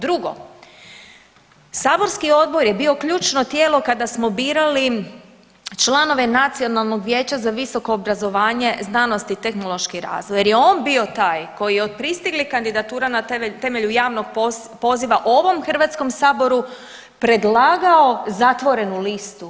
Drugo, saborski odbor je bio ključno tijelo kada smo birali članove Nacionalnog vijeća za visoko obrazovanje, znanost i tehnološki razvoj, jer je on bio taj koji je od pristiglih kandidatura na temelju javnog poziva ovom Hrvatskom saboru predlagao zatvorenu listu.